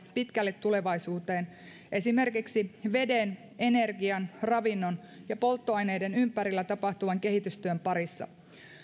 pitkälle tulevaisuuteen esimerkiksi veden energian ravinnon ja polttoaineiden ympärillä tapahtuvan kehitystyön parissa